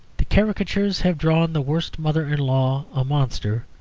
the caricatures have drawn the worst mother-in-law a monster,